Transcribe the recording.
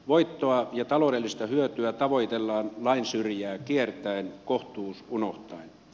voittoa ja taloudellista hyötyä tavoitellaan lainsyrjää kiertäen kohtuus unohtaen